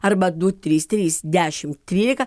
arba du trys trys dešimt trylika